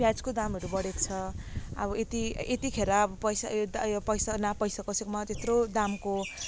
प्याजको दामहरू बढेको छ अब यति यतिखेर अब पैसा यो दा यो पैसा ना पैसा कसैकोमा त्यत्रो दामको